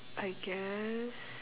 I guess